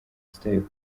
step